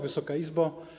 Wysoka Izbo!